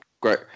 great